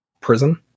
prison